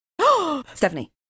Stephanie